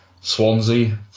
Swansea